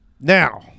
now